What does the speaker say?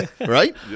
Right